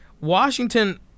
Washington